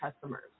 customers